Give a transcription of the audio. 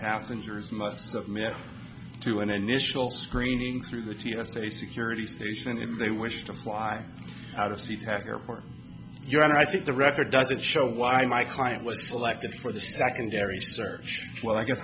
passengers must submit to an initial screening through the t s a security station and if they wish to fly out of sea tac airport you're on i think the record doesn't show why my client was selected for the secondary search well i guess